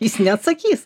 jis neatsakys